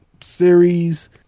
series